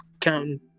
counting